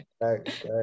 thanks